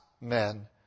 men